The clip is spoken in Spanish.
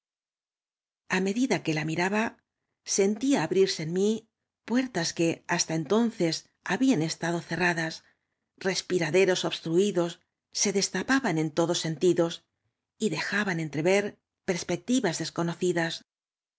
medida que la miraba sentía abrirse en mí puertas que hasta eatonces habíaa estado cerradas respiraderos obstruidos se de tapa ban en todos sentidos y dejaban entrever pers pectívas desconocidas